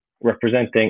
representing